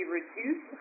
reduce